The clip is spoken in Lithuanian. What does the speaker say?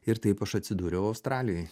ir taip aš atsidūriau australijoj